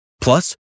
Plus